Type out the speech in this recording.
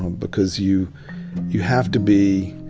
um because you you have to be,